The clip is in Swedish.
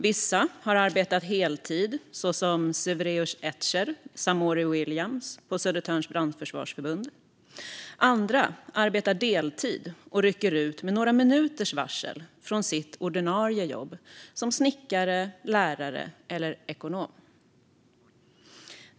Vissa har arbetat heltid, såsom Seveyios Ecer och Samori Williams på Södertörns brandförsvarsförbund. Andra arbetar deltid och rycker ut med några minuters varsel från sina ordinarie jobb som snickare, lärare eller ekonom.